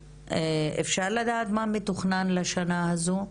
אפשר לדעת מה מתוכנן לשנה הזו?